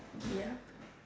yup